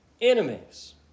enemies